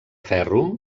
ferro